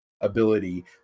ability